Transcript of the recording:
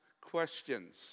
questions